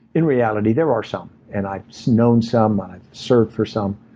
in reality, there are some. and i've so known some. i've served for some.